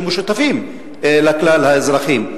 שמשותפים לכלל האזרחים?